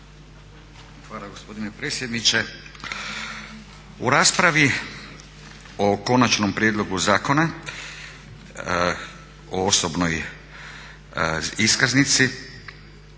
Hvala gospodine predsjedniče. U raspravi o Konačnom prijedlogu zakona o osobnoj iskaznici